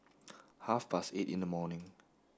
half past eight in the morning